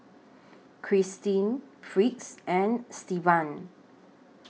Kristen Fritz and Stevan